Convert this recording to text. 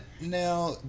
now